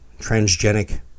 transgenic